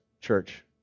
church